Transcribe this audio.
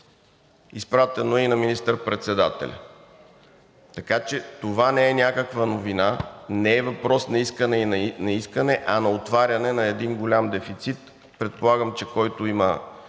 Изпратено е и на министър-председателя. Така че това не е някаква новина, не е въпрос на искане и на неискане, а на отваряне на един голям дефицит. Предполагам, че който има